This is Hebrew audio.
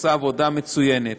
שעושה עבודה מצוינת.